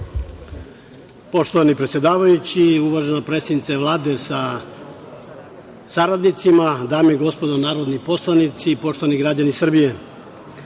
Poštovani predsedavajući, uvažena predsednice Vlade sa saradnicima, dame i gospodo narodni poslanici, poštovani građani Srbije,